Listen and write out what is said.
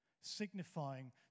signifying